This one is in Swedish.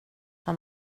han